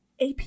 AP